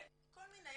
כל מיני,